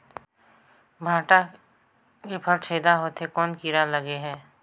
भांटा के फल छेदा होत हे कौन कीरा लगे हे?